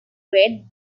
great